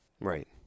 Right